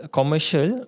commercial